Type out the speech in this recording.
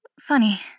funny